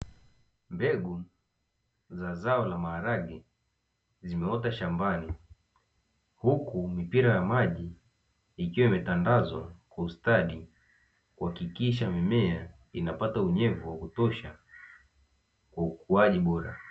Mbegu za zao la maharage zimeota shambani, huku mipira ya maji ikiwa imetandazwa kwa ustadi kuhakikisha mimea inapata unyevu wa kutosha kwa ukuaji bora.